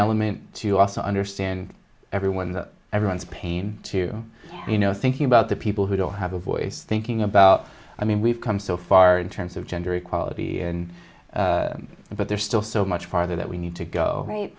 element to also understand everyone that everyone's pain to you know thinking about the people who don't have a voice thinking about i mean we've come so far in terms of gender equality and but there's still so much farther that we need to go right